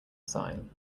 sign